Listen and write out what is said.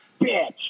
bitch